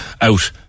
out